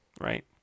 Right